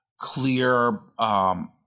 clear